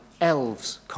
Elves